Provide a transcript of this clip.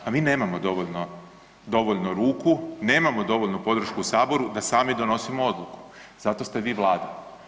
Pa mi nemamo dovoljno ruku, nemamo dovoljnu podršku u Saboru da sami donosimo odluku, zato ste vi Vlada.